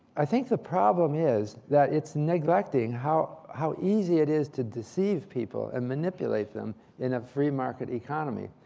i think the problem is that it's neglecting how how easy it is to deceive people and manipulate them in a free market economy.